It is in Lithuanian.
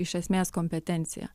iš esmės kompetencija